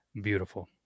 beautiful